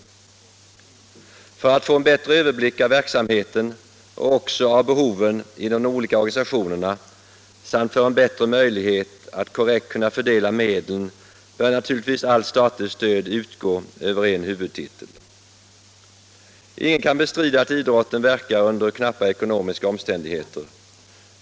För att man skall få en bättre överblick över verksamheten och också över behoven inom de olika organisationerna samt få en bättre möjlighet att korrekt fördela medlen bör naturligtvis allt statligt stöd utgå över en huvudtitel. Ingen kan bestrida att idrotten verkar under knappa ekonomiska omständigheter.